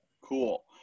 Cool